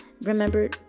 Remember